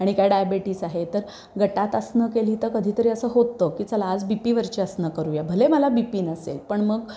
आणि काय डायबेटीस आहे तर गटात आसनं केली तर कधीतरी असं होतं की चला आज बी पीवरची आसनं करूया भले मला बी पी नसेल पण मग